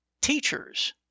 teachers